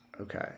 Okay